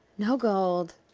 no gold,